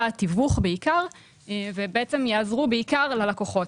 התיווך בעיקר ובעצם יעזרו בעיקר ללקוחות,